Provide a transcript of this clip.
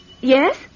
Yes